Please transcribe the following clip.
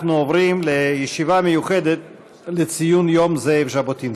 אנחנו עוברים לישיבה מיוחדת לציון יום זאב ז'בוטינסקי.